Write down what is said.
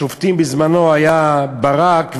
השופטים בזמנו היו ברק,